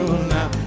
now